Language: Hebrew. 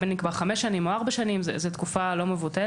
בין אם נקבע חמש שנים או ארבע שנים זה תקופה לא מבוטלת.